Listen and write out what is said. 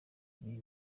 ibiri